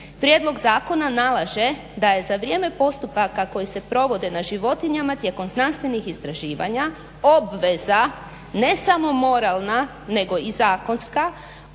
Prijedlog zakona nalaže da je za vrijeme postupaka koji se provode nad životinjama tijekom znanstvenih istraživanja obveza ne samo moralna nego i zakonska